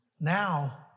Now